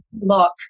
look